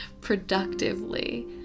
productively